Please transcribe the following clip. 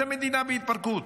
זאת מדינה בהתפרקות.